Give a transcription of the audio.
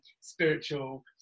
spiritual